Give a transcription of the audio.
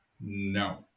No